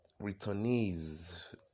returnees